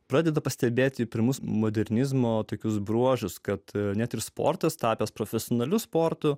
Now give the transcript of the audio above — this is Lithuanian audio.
pradeda pastebėti pirmus modernizmo tokius bruožus kad net ir sportas tapęs profesionaliu sportu